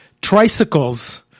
tricycles